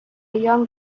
young